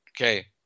Okay